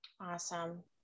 Awesome